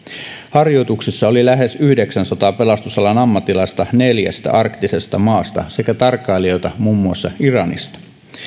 harjoituksessa oli lähes yhdeksänsadan pelastusalan ammattilaista neljästä arktisesta maasta sekä tarkkailijoita muun muassa iranista